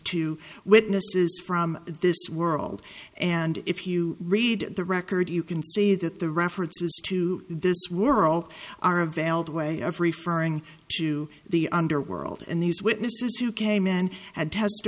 witnesses from this world and if you read the record you can see that the references to this world are a veiled way of referring to the underworld and these witnesses who came in and had t